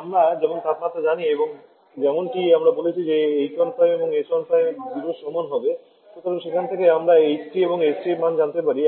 আমরা যেমন তাপমাত্রা জানি এবং যেমনটি আমরা বলেছি যে h1and s1 0 এর সমান হতে হবে সুতরাং সেখান থেকে আমরা h3 এবং s3 এর মান জানি